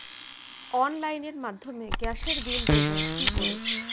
অনলাইনের মাধ্যমে গ্যাসের বিল দেবো কি করে?